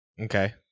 Okay